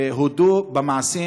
הודו במעשים